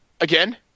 Again